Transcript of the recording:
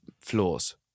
flaws